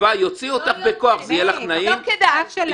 לא יוצאת, לא יוצאת.